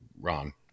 Ron